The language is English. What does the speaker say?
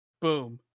Boom